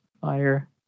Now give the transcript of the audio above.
fire